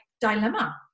dilemma